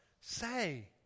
Say